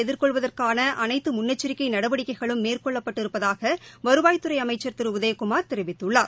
எதிர்கொள்வதற்கான முன்னெச்சரிக்கை நடவடிக்கைகளும் புயலை அனைத்து மேற்கொள்ளப்பட்டிருப்பதாக வருவாய்த்துறை அமைச்சர் திரு உதயகுமார் தெரிவித்துள்ளார்